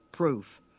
proof